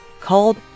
called